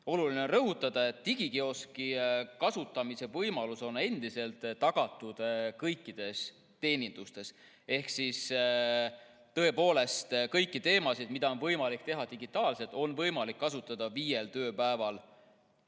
Oluline on rõhutada, et digikioski kasutamise võimalus on endiselt tagatud kõikides teenindustes. Ehk tõepoolest kõike seda, mida on võimalik teha digitaalselt, on võimalik kasutada viiel tööpäeval